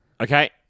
Okay